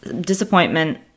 disappointment